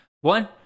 One